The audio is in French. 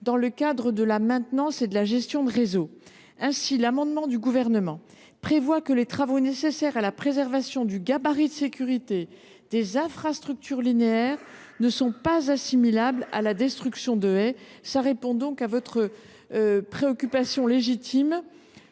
dans le cadre de la maintenance et de la gestion de réseaux. L’amendement que nous avons déposé tend ainsi à prévoir que les travaux nécessaires à la préservation du gabarit de sécurité des infrastructures linéaires ne sont pas assimilables à la destruction de haies. Cela répond à votre préoccupation légitime